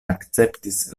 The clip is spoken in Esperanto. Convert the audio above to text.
akceptis